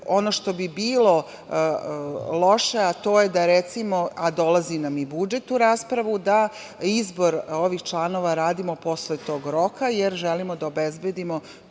Ono što bi bilo loše, to je da, recimo, a dolazi nam i budžet u raspravu, da izbor ovih članova radimo posle tog roka, jer želimo da obezbedimo